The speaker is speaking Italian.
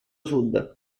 sud